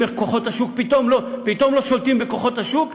פתאום לא שולטים בכוחות השוק?